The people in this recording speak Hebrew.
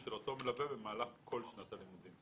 של אותו מלווה במהלך כל שנת הלימודים.